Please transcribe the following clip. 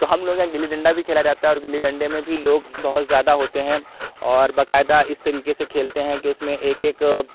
تو ہم لوگوں کے یہاں گِلی ڈنڈا بھی کھیلا جاتا ہے اور گِلی ڈنڈے میں بھی لوگ بہت زیادہ ہوتے ہیں اور باقاعدہ اِس طریقے سے کھیلتے ہیں کہ اُس میں ایک ایک